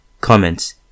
Comments